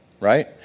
right